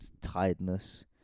tiredness